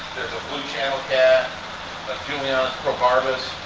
blue channel cat a julianus progarvus.